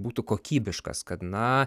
būtų kokybiškas kad na